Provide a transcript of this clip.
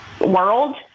World